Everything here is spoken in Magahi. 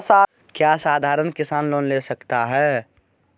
क्या साधरण किसान लोन ले सकता है?